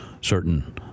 certain